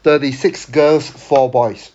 thirty six girls four boys